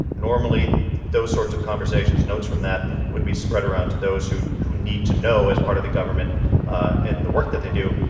normally those sorts of conversations notes from that would be spread around to those who who need to know as part of the government and the work that they do.